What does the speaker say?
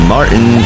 Martin